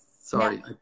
Sorry